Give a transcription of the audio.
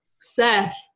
Seth